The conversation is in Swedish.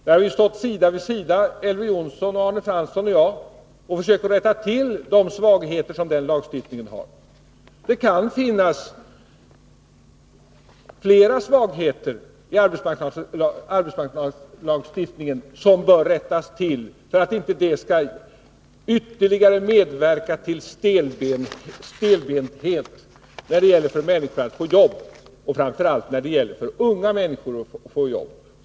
Vi har stått sida vid sida, Elver Jonsson, Arne Fredagen den Fransson och jag, och försökt rätta till de svagheter som den lagstiftningen 17 december 1982 har. Det kan finnas fler svagheter i arbetsmarknadslagstiftningen som bör rättas till för att det inte skall bli ännu värre stelbenthet när det gäller för människor — framför allt för unga människor — att få jobb.